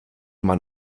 man